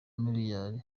miliyari